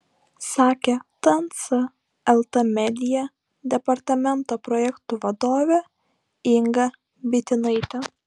sakė tns lt media departamento projektų vadovė inga bitinaitė